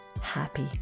happy